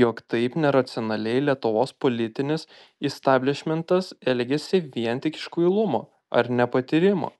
jog taip neracionaliai lietuvos politinis isteblišmentas elgiasi vien tik iš kvailumo ar nepatyrimo